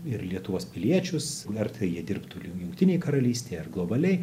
ir lietuvos piliečius verta jie dirbtų jungtinėj karalystei ar globaliai